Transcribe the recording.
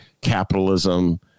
capitalism